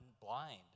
blind